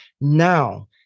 now